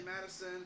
Madison